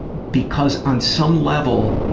because on some level,